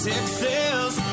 Texas